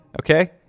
Okay